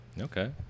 Okay